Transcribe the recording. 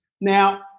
Now